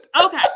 Okay